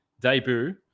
debut